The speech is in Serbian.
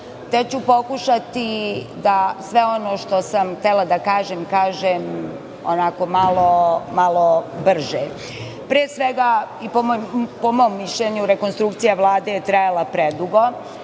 te ću pokušati da sve ono što sam htela da kažem, kažem malo brže. Pre svega, i po mom mišljenju, rekonstrukcija Vlade je trajala predugo.